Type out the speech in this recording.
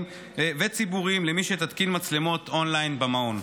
וציבוריים למי שתתקין מצלמות און-ליין במעון.